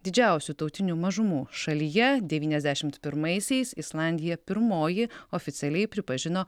didžiausių tautinių mažumų šalyje devyniasdešimt pirmaisiais islandija pirmoji oficialiai pripažino